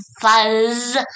fuzz